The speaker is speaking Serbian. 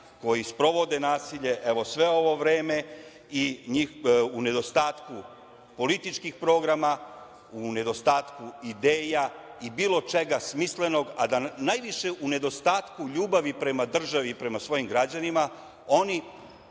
koji sprovode nasilje, sve ovo vreme, i u nedostatku političkih programa, u nedostatku ideja i bilo čega smislenog, a najviše u nedostatku ljubavi prema državi i prema svojim građanima, oni